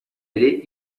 ere